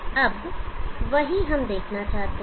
अब वही हम देखना चाहते हैं